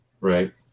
Right